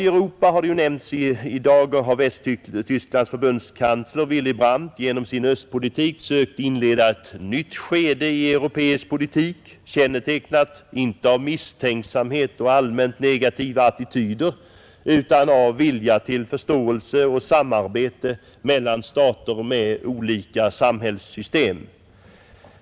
I Europa har — såsom nämnts i dag — Västtysklands förbundskansler Willy Brandt genom sin östpolitik sökt inleda ett nytt skede i europeisk politik, kännetecknat inte av misstänksamhet och allmänt negativa attityder utan av vilja till förståelse och samarbete mellan stater med olika samhällssystem.